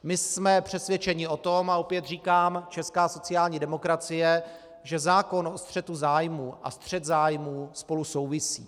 My jsme přesvědčeni o tom a opět říkám, česká sociální demokracie, že zákon o střetu zájmů a střet zájmů spolu souvisí.